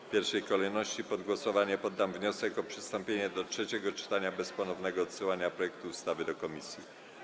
W pierwszej kolejności pod głosowanie poddam wniosek o przystąpienie do trzeciego czytania bez ponownego odsyłania projektu ustawy do komisji.